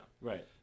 Right